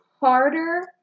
harder